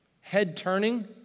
head-turning